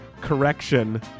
correction